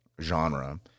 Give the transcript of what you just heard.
genre